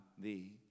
thee